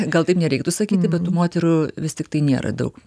gal taip nereikėtų sakyti bet tų moterų vis tik tai nėra daug